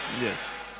Yes